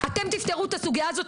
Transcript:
אתם תפתרו את הסוגייה הזאת,